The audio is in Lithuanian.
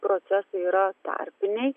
procesai yra tarpiniai